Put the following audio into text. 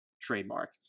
trademark